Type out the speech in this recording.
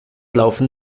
laufen